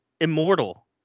immortal